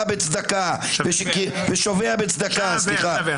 ובנוסף, אם תהיה,